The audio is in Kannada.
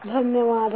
ದನ್ಯವಾದಗಳು